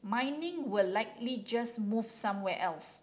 mining will likely just move somewhere else